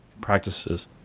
practices